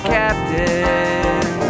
captain